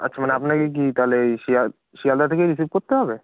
আচ্ছা মানে আপনাকে কী তাহলে ওই শিয়ালদহ থেকেই রিসিভ করতে হবে